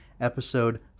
episode